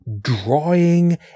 drawing